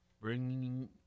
bringing